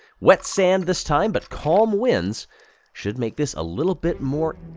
wet sand this time, but calm winds should make this a little bit more.